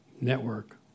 network